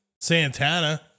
Santana